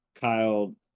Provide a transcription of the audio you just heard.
kyle